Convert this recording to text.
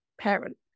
parent